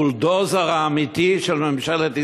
הבולדוזר האמיתי של ממשלת ישראל,